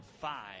five